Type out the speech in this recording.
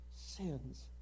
sins